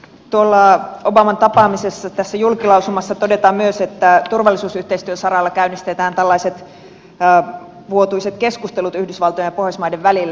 tässä obaman tapaamiseen liittyvässä julkilausumassa todetaan myös että turvallisuusyhteistyön saralla käynnistetään tällaiset vuotuiset keskustelut yhdysvaltojen ja pohjoismaiden välillä